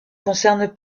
concerne